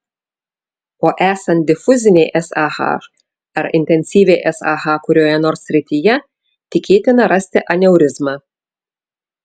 o esant difuzinei sah ar intensyviai sah kurioje nors srityje tikėtina rasti aneurizmą